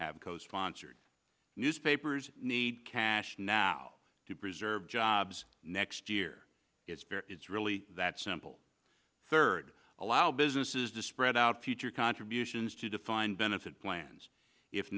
sponsored newspapers need cash now to preserve jobs next year it's really that simple third allow businesses to spread out future contributions to defined benefit plans if